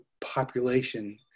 population